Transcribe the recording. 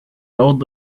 old